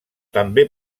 també